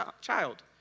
child